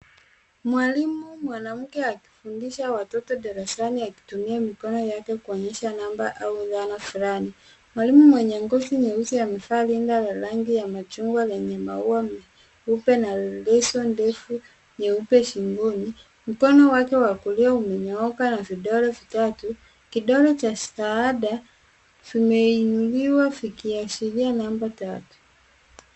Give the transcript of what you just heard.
Mwalimu mwanamke akifundisha watoto darasani akitumia mikono yake kuonyesha namba au idhana fulani. Mwalimu mwenye ngozi nyeusi amevaa rinda la rangi ya machungwa lenye maua meupe na leso ndefu shingoni. Mkono wake wa kulia umenyooka na vidole vitatu, kidole cha istaada vimeinuliwa vikishiaria namba tatu.